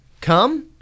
come